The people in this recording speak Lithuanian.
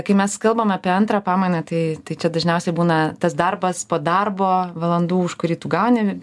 kai mes kalbam apie antrą pamainą tai tai čia dažniausiai būna tas darbas po darbo valandų už kurį tu gauni